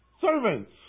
Servants